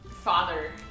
father